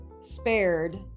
spared